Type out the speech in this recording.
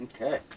Okay